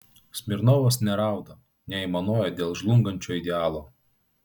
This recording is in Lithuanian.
smirnovas nerauda neaimanuoja dėl žlungančio idealo